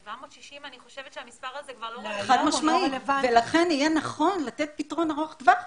עד שזה לא יקרה פשוט אין לנו אפשרות תקציבית להיענות לזה.